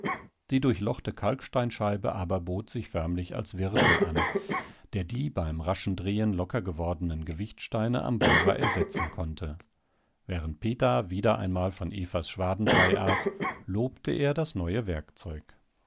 die durchlochte kalksteinscheibe aber bot sich förmlich als wirtel an der die beim raschen drehen lockergewordenen gewichtsteine am bohrer ersetzen konnte während peter wieder einmal von evas schwadenbrei aß lobte er das neue werkzeug